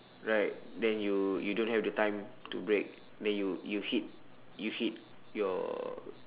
right then you you don't have the time to break then you you hit you hit your